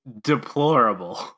deplorable